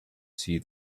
see